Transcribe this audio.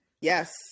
yes